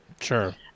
Sure